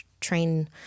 train